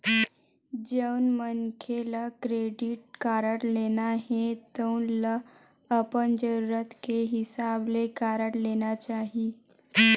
जउन मनखे ल क्रेडिट कारड लेना हे तउन ल अपन जरूरत के हिसाब ले कारड लेना चाही